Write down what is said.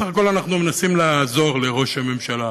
בסך הכול אנחנו מנסים לעזור לראש הממשלה